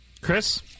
Chris